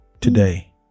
Today